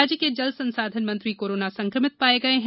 राज्य के जल संसाधन मंत्री कोरोना संक्रमित पाए गये हैं